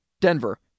Denver